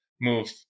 move